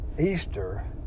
Easter